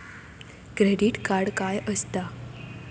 Credit card काय असता?